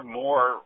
more